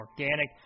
organic